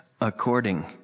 according